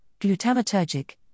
glutamatergic